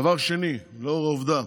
דבר שני, לאור העובדה